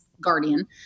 Guardian